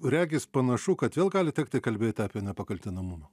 regis panašu kad vėl gali tekti kalbėti apie nepakaltinamumą